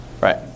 right